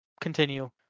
continue